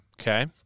Okay